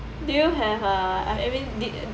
do you have uh I I mean did